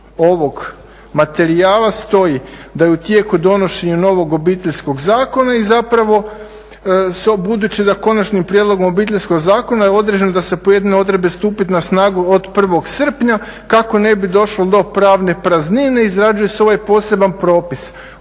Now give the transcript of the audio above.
ovog materijala stoji da je u tijeku donošenja novog Obiteljskog zakona i zapravo se ubuduće da Konačnim prijedlogom Obiteljskog zakona određeno da će pojedine odredbe stupit na snagu od 1. srpnja. Kako ne bi došlo do pravne praznine izrađuje se ovaj poseban propis.